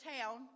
town